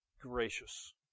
gracious